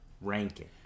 ranking